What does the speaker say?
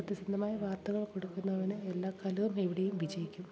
സത്യസന്ധമായ വാർത്തകൾ കൊടുക്കുന്നവന് എല്ലാക്കാലവും എവിടെയും വിജയിക്കും